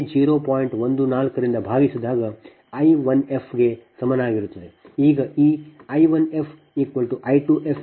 14 ರಿಂದ ಭಾಗಿಸಿದಾಗ I 1f ಗೆ ಸಮನಾಗಿರುತ್ತದೆ ಈ I 1f I 2f j4